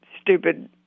stupid